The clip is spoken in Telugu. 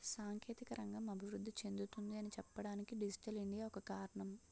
సాంకేతిక రంగం అభివృద్ధి చెందుతుంది అని చెప్పడానికి డిజిటల్ ఇండియా ఒక కారణం